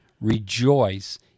rejoice